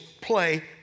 play